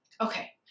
Okay